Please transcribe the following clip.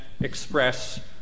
express